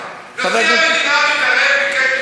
נשיא המדינה התערב,